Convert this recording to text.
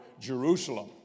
Jerusalem